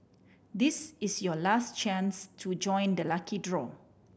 this is your last chance to join the lucky draw